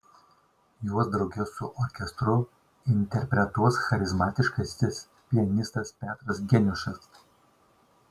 juos drauge su orkestru interpretuos charizmatiškasis pianistas petras geniušas